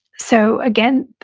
so again,